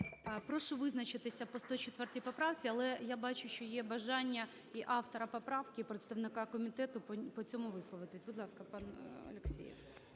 Прошу визначитися по 104 поправці. Але я бачу, що є бажання і автора поправки, і представника комітету по цьому висловитися. Будь ласка, пан Алексєєв.